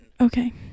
okay